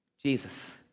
Jesus